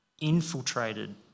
Infiltrated